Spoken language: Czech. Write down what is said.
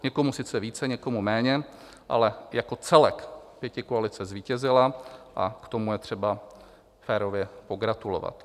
Někomu sice více, někomu méně, ale jako celek pětikoalice zvítězila, a k tomu je třeba férově pogratulovat.